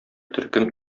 төркем